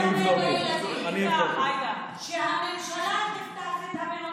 אני במקומם הייתי, שהמדינה תטפל בילדים.